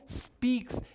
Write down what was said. speaks